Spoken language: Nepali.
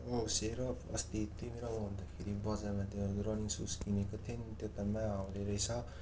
औ सेरप अस्ति तिमी र म आउँदाखेरि बजारमा त्यो रनिङ सुज किनेको थिएँ नि त्यो त महाहाउडे रहेछ